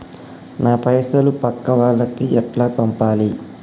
నా పైసలు పక్కా వాళ్లకి ఎట్లా పంపాలి?